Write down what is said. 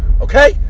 okay